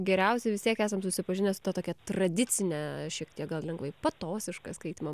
geriausiai vis tiek esam susipažinę su ta tokia tradicine šiek tiek gal lengvai patosiška skaitymo